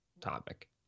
topic